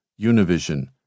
Univision